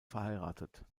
verheiratet